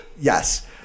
Yes